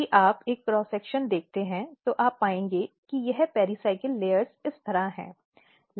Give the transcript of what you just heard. यदि आप एक क्रॉस सेक्शन देखते हैं तो आप पाएंगे कि यह पेरीसाइकिल परतें इस तरह हैं